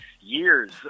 years